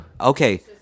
Okay